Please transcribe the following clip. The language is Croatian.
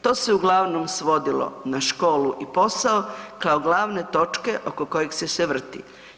To se uglavnom svodilo na školu i posao, kao glavne točke oko kojeg se sve vrti.